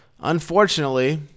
Unfortunately